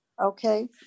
Okay